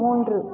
மூன்று